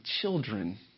children